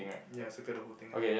ya circle the whole thing ah